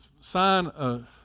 sign